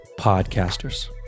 podcasters